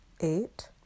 eight